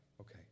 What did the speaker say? Okay